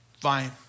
Fine